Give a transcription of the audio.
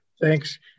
Thanks